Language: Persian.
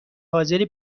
حاضری